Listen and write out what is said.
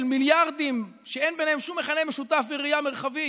מיליארדים שאין ביניהן שום מכנה משותף וראייה מרחבית.